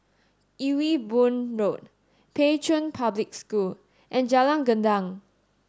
Ewe Boon Road Pei Chun Public School and Jalan Gendang